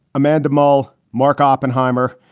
amanda maule, mark oppenheimer,